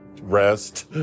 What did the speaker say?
rest